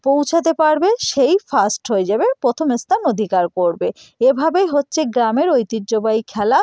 পৌঁছাতে পারবে সেই ফার্স্ট হয়ে যাবে প্রথম স্থান অধিকার করবে এভাবেই হচ্ছে গ্রামের ঐতিহ্যবাহী খেলা